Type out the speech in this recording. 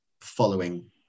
following